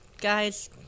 guys